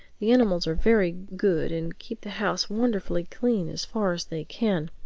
the animals are very good and keep the house wonderfully clean as far as they can.